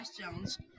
Jones